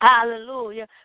Hallelujah